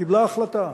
קיבלה החלטה,